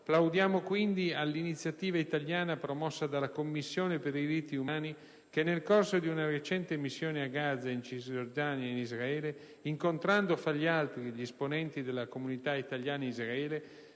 plaudiamo quindi all'iniziativa italiana, promossa dalla Commissione per i diritti umani, che nel corso di una recente missione a Gaza, in Cisgiordania e in Israele, incontrando, fra gli altri, gli esponenti della comunità italiana in Israele,